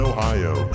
Ohio